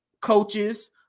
coaches